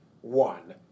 one